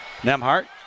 Nemhart